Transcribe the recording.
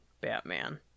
Batman